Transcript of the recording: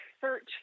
search